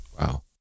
Wow